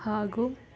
ಹಾಗೂ